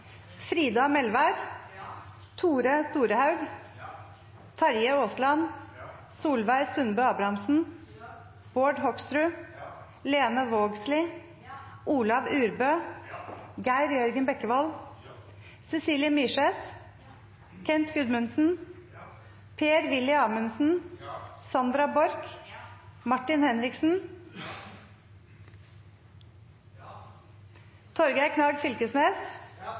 Frida Melvær, Tore Storehaug, Terje Aasland, Solveig Sundbø Abrahamsen, Bård Hoksrud, Lene Vågslid, Olav Urbø, Geir Jørgen Bekkevold, Cecilie Myrseth, Kent Gudmundsen, Per-Willy Amundsen, Sandra Borch, Martin Henriksen, Torgeir Knag Fylkesnes,